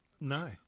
No